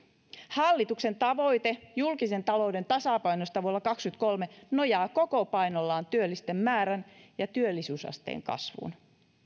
hallituksen tavoite julkisen talouden tasapainosta vuonna kaksikymmentäkolme nojaa koko painollaan työllisten määrän ja työllisyysasteen kasvuun